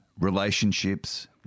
relationships